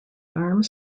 arms